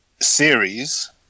series